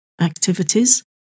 activities